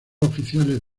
oficiales